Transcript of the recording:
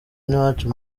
n’iwacu